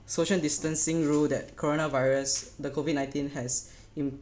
social distancing rule that corona virus the COVID nineteen has